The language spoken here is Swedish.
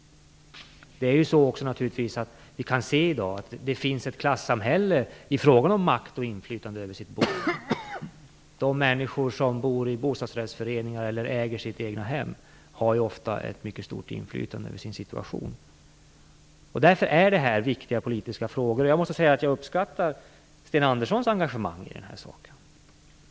Det är naturligtvis så att vi i dag kan se att det finns ett klassamhälle i fråga om makt och inflytande över boendet. De människor som bor i bostadsrättsföreningar eller äger sitt egna hem har ofta ett mycket stort inflytande över sin situation. Därför är det här viktiga politiska frågor, och jag måste säga att jag uppskattar Sten Anderssons engagemang. Det gör jag.